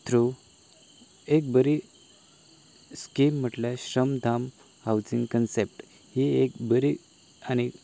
through एक बरी scheme म्हणल्यार श्रम दम हावजींग कॉन्सेंप्ट ही बरी आनी